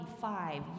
five